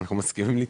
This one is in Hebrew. אנחנו מסכימים לתמוך,